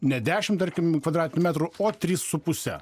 ne dešim tarkim kvadratinių metrų o trys su puse